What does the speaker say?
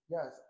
Yes